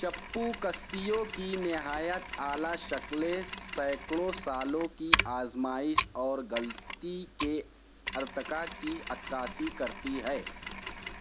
چپو کستیوں کی نہایت اعلیٰ شکلیں سینکڑوں سالوں کی آزمائش اور غلطی کے ارتقا کی عکاسی کرتی ہے